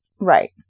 Right